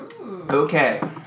Okay